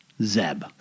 Zeb